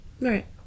Right